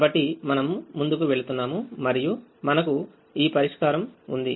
కాబట్టి మనము ముందుకు వెళ్తున్నాము మరియు మనకు ఈ పరిష్కారం ఉంది